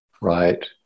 right